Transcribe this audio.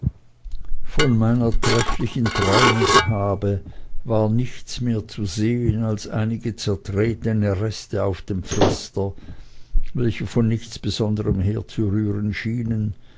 von meiner trefflichen traumeshabe war nichts mehr zu sehen als einige zertretene reste auf dem pflaster welche von nichts besonderem herzurühren schienen